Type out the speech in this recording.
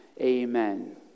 Amen